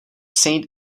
saint